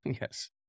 Yes